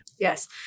Yes